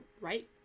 right